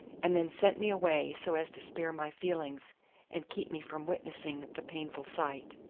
and then sent me away so as to spare my feelings and keep me from witnessing the painful sight.